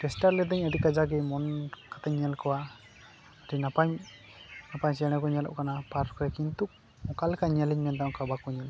ᱴᱮᱥᱴᱟ ᱞᱤᱫᱟᱹᱧ ᱟᱹᱰᱤ ᱠᱟᱡᱟᱠ ᱜᱮ ᱢᱚᱱ ᱠᱟᱛᱮᱧ ᱧᱮᱞ ᱠᱚᱣᱟ ᱱᱟᱯᱟᱭ ᱱᱟᱯᱟᱭ ᱪᱮᱬᱮ ᱠᱚ ᱧᱮᱞᱚᱜ ᱠᱟᱱᱟ ᱯᱟᱨᱠ ᱨᱮ ᱠᱤᱱᱛᱩ ᱚᱠᱟ ᱞᱮᱠᱟ ᱧᱮᱞᱤᱧ ᱢᱮᱱᱫᱟ ᱚᱝᱠᱟ ᱵᱟᱠᱚ ᱧᱮᱞ ᱚᱪᱚᱣᱟᱹᱧ ᱠᱟᱱᱟ